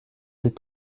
des